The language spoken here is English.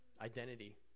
Identity